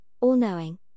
all-knowing